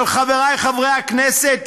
אבל חבריי חברי הכנסת,